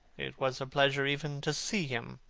it was a pleasure even to see him.